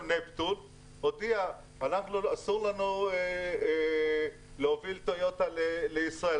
"נפטון" הודיעה שאסור לה להוביל טויוטה לישראל,